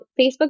Facebook